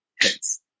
hits